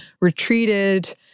retreated